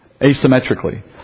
asymmetrically